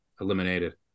eliminated